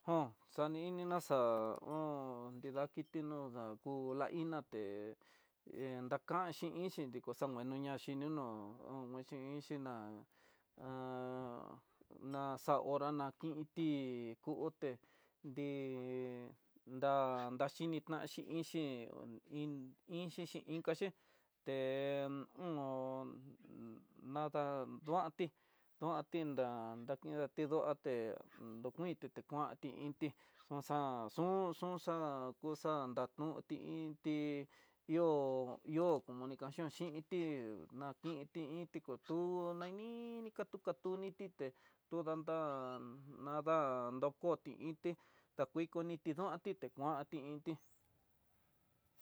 Jon xani inina xa'á h nrida kitino daku la iná té. indakanxhi inxhi dekuxamueno ñaxhi nuno un nguexho inxhi ná, e na xa hora na kinti ku oté dii da, daxhinitanxhi inxhi iin iinxhixi inkaché te un on nada, duantí, duanti ndá dakidanti nduaté kuin tité kuanti inti unxa'a xun xun xá'a, akuxadatonti iin tí ihó, ihó comunicación xhinti nakinti inti kutú, ni katu katunití é kodantá'a ndanda dakoté ité ta kuii kontinuá tité kuan tintí.